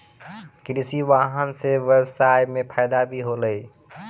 कृषि वाहन सें ब्यबसाय म फायदा भी होलै